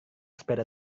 sepeda